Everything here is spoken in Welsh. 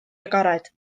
agored